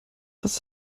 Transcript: was